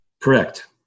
Correct